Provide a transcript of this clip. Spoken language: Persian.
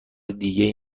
دیگهای